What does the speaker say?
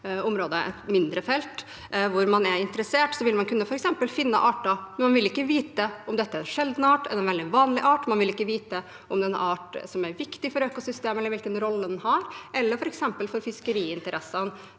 et mindre felt hvor man er interessert, vil man f.eks. kunne finne arter, men man vil ikke vite om det er en sjelden art eller en veldig vanlig art. Man vil ikke vite om det er en art som er viktig for økosystemet, eller hvilken rolle den har, f.eks. for fiskeriinteressene,